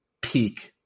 peak